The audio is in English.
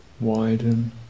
widen